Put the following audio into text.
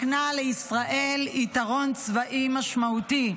מקנה לישראל יתרון צבאי משמעותי,